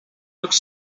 looked